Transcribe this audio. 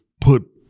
put